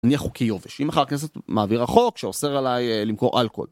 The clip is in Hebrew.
נניח חוקי יובש, אם מחר הכנסת מעבירה החוק שאוסר עליי למכור אלכוהול.